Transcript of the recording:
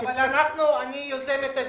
אבל אני יוזמת הדיון.